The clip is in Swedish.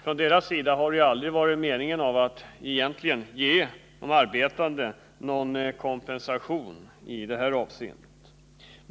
Från deras sida har det aldrig varit meningen att ge de arbetande någon kompensation i detta avseende.